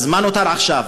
אז מה נותר עכשיו?